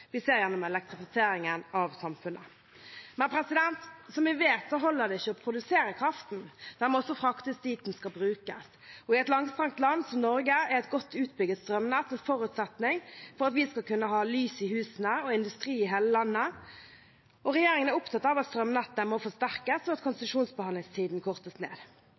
vi ser gjennom elektrifiseringen av samfunnet. Men som vi vet, holder det ikke å produsere kraften; den må også fraktes dit den skal brukes. I et langstrakt land som Norge er et godt utbygd strømnett en forutsetning for at vi skal kunne ha lys i husene og industri i hele landet. Regjeringen er opptatt av at strømnettet må forsterkes, og at konsesjonsbehandlingstiden kortes ned.